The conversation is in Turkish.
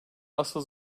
asıl